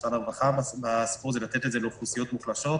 משרד הרווחה ולתת את זה לאוכלוסיות מוחלשות.